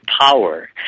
power